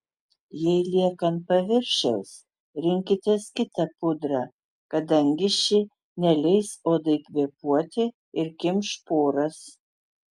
jei lieka ant paviršiaus rinkitės kitą pudrą kadangi ši neleis odai kvėpuoti ir kimš poras